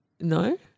No